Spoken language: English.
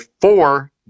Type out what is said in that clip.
four